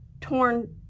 torn